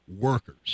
workers